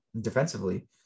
defensively